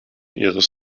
ihres